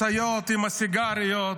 משאיות עם סיגריות,